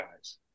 guys